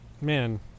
Man